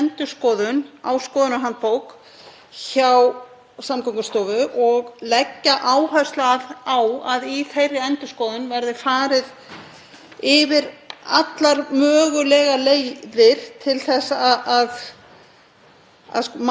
yfir allar mögulegar leiðir til að mæta þeim bifreiðaeigendum og eigendum ökutækja sem erfiðast eiga með að nálgast skoðun.